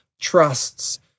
trusts